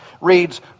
reads